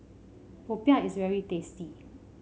popiah is very tasty